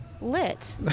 lit